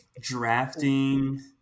drafting